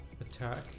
attack